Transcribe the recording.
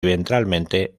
ventralmente